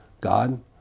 God